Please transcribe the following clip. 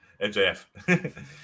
MJF